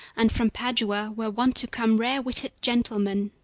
and from padua were wont to come rare-witted gentlemen,